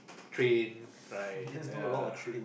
train right ya